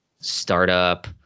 startup